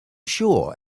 sure